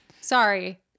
Sorry